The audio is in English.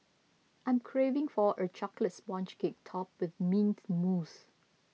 I am craving for a Chocolate Sponge Cake Topped with Mint Mousse